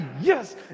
yes